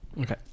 Okay